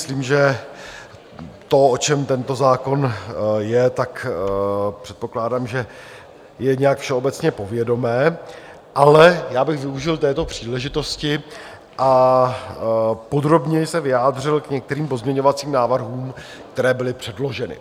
Myslím, že to, o čem tento zákon je, předpokládám, že je nějak všeobecně povědomé, ale já bych využil této příležitosti a podrobněji se vyjádřil k některým pozměňovacím návrhům, které byly předloženy.